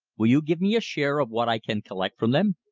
will you give me a share of what i can collect from them?